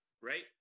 Right